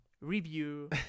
review